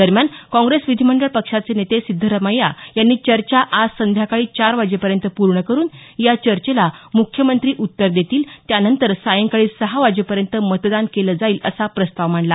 दरम्यान काँग्रेस विधीमंडळ पक्षाचे नेते सिद्धरमैया यांनी चर्चा आज संध्याकाळी चारवाजेपर्यंत पूर्ण करून या चर्चेला मुख्यमंत्री उत्तर देतील त्यानंतर सायंकाळी सहा वाजेपर्यंत मतदान केलं जाईल असा प्रस्ताव मांडला